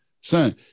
Son